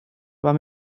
war